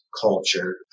culture